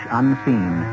unseen